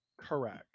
Correct